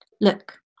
Look